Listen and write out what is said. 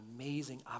amazing